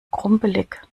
krumpelig